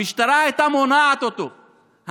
המשטרה הייתה מונעת אותו,